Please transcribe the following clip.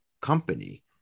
company